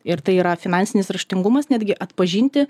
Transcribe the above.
ir tai yra finansinis raštingumas netgi atpažinti